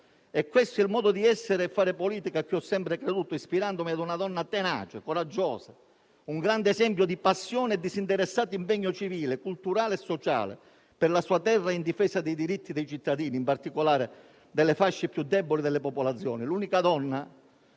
È questo il modo di essere e di fare politica a cui ho sempre creduto, ispirandomi a una donna tenace e coraggiosa, un grande esempio di passione e disinteressato impegno civile, culturale e sociale per la sua terra in difesa dei diritti dei cittadini, in particolare delle fasce più deboli delle popolazioni: l'unica donna